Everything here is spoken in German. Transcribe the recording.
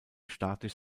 staatlich